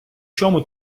чому